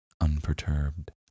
unperturbed